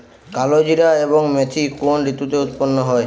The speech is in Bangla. কালোজিরা এবং মেথি কোন ঋতুতে উৎপন্ন হয়?